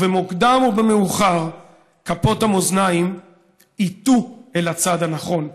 ובמוקדם או מאוחר כפות המאזניים ייטו אצל הצד הנכון".